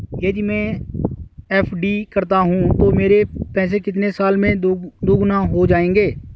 यदि मैं एफ.डी करता हूँ तो मेरे पैसे कितने साल में दोगुना हो जाएँगे?